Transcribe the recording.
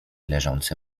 leżące